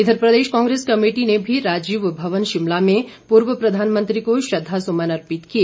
इघर प्रदेश कांग्रेस कमेटी ने भी राजीव भवन शिमला में पूर्व प्रधानमंत्री को श्रद्धासुमन अर्पित किए